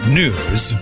news